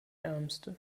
ärmste